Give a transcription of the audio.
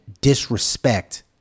disrespect